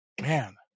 man